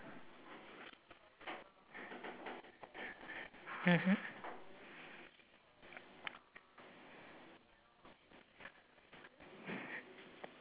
mmhmm